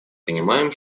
понимаем